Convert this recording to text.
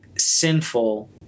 sinful